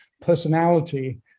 personality